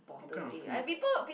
what kind of food